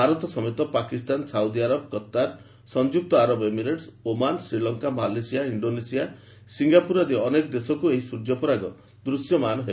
ଭାରତ ସମେତ Pakistan Saudi Arab Qatar ସଂଯୁକ୍ତ ଆରବ Emirates Oman Sri Lanka Malaysia Indonesia ସିଙ୍ଗାପ୍ରର ଆଦି ଅନେକ ଦେଶକୃ ଏହି ସ୍ୱର୍ଯ୍ୟପରାଗ ଦୃଶ୍ୟମାନ ହେବ